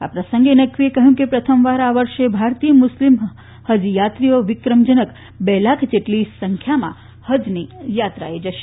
આ પ્રસંગે નકવીએ કહ્યું કે પ્રથમવાર આ વર્ષે ભારતીય મુસ્લીમ હઝયાત્રીઓ વિક્રમજનક બે લાખ જેટલી સંખ્યામાં હઝ યાત્રાએ જશે